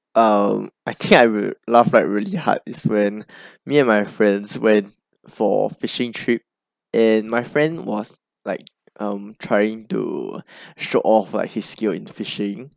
um I think I will laugh like really hard is when me and my friends went for fishing trip and my friend was like um trying to show off like his skill in fishing